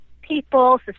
People